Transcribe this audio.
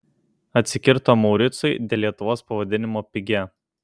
atsikirto mauricui dėl lietuvos pavadinimo pigia